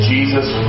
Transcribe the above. Jesus